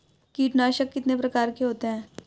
कीटनाशक कितने प्रकार के होते हैं?